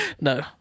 No